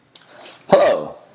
Hello